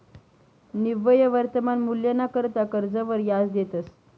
निव्वय वर्तमान मूल्यना करता कर्जवर याज देतंस